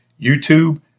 YouTube